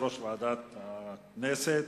אדוני היושב-ראש,